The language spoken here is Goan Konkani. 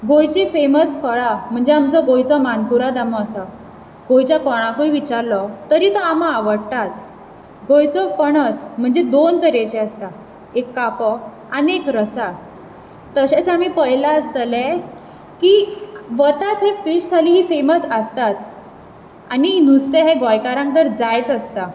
गोंयची फेमस फळां म्हणजे आमचो गोंयचो मानकूराद आंबो आसा गोंयच्या कोणाकूंय विचारलो तरी तो आंबो आवडटाच गोंयचो पणस म्हणजे दोन तरेचे आसतात एक कापो आनीक रसाळ तशेंच आमी पयला आसतले की वता थंय फिश थाली फेमस आसताच आनी नुस्तें हे गोंयकारांक तर जायच आसता